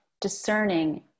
discerning